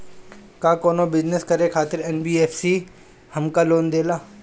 का कौनो बिजनस करे खातिर एन.बी.एफ.सी हमके लोन देला?